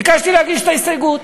ביקשתי להגיש את ההסתייגות.